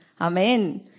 Amen